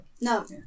No